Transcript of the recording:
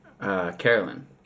Carolyn